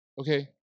Okay